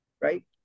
right